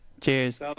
Cheers